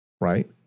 Right